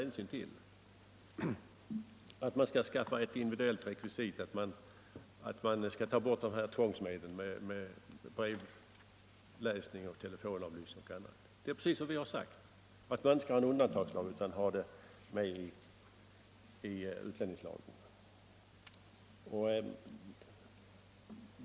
Nu vill man alltså ha individuella rekvisita, man vill ta bort tvångsmedlen såsom brevläsning, telefonavlyssning och annat. Det är precis vad vi har sagt — man skall inte ha någon undantagslag utan ha bestämmelserna med i utlänningslagen.